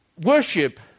worship